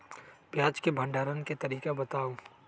प्याज के भंडारण के तरीका बताऊ?